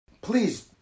Please